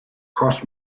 cost